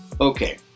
Okay